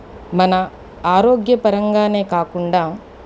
మన ఆరోగ్య పరంగానే కాకుండా